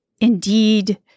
indeed